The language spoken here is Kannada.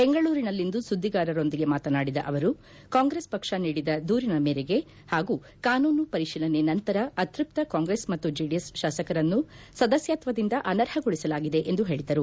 ಬೆಂಗಳೂರಿನಲ್ಲಿಂದು ಸುದ್ದಿಗಾರರೊಂದಿಗೆ ಮಾತನಾಡಿದ ಅವರು ಕಾಂಗ್ರೆಸ್ ಪಕ್ಷ ನೀಡಿದ ದೂರಿನ ಮೇರೆಗೆ ಹಾಗೂ ಕಾನೂನು ಪರಿಶೀಲನೆ ನಂತರ ಅತ್ಯಪ್ತ ಕಾಂಗ್ರೆಸ್ ಮತ್ತು ಜೆಡಿಎಸ್ ಶಾಸಕರನ್ನು ಸದಸ್ವತ್ವದಿಂದ ಅನರ್ಹಗೊಳಿಸಲಾಗಿದೆ ಎಂದು ಹೇಳಿದರು